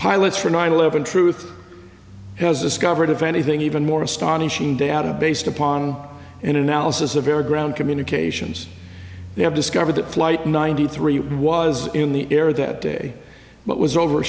pilots for nine eleven truth has discovered if anything even more astonishing data based upon an analysis of air ground communications they have discovered that flight ninety three was in the air that day but was over